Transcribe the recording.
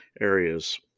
areas